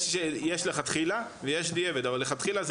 יש לכתחילה ויש דיעבד, אבל לכתחילה זה